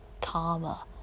karma